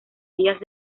vías